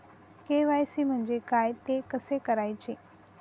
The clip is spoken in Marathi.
के.वाय.सी म्हणजे काय? ते कसे करायचे?